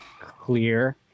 clear